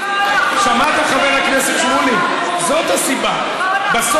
כי כל החוק הזה לא ראוי.